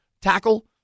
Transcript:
tackle